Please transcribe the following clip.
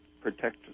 protect